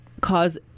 cause